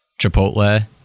Chipotle